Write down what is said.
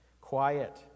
quiet